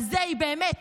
על זה היא באמת